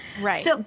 Right